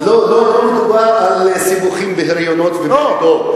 לא מדובר על סיבוכים בהריונות ובלידות.